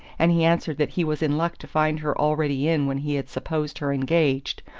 and he answered that he was in luck to find her already in when he had supposed her engaged,